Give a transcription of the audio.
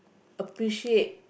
appreciate